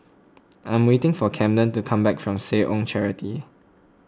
I am waiting for Camden to come back from Seh Ong Charity